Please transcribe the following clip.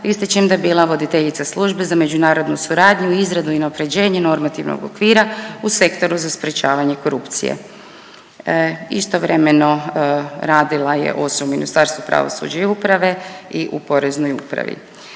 ističem da je bila voditeljica Službe za međunarodnu suradnju, izradu i unapređenje normativnog okvira u Sektoru za sprječavanje korupcije. Istovremeno radila je osim u Ministarstvu pravosuđa i uprave i u Poreznoj upravi.